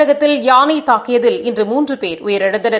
தமிழகத்தில் யானை தாக்கியதில் இன்று மூன்று பேர் உயிரிழந்தனர்